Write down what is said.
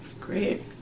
Great